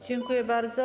Dziękuję bardzo.